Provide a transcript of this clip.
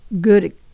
good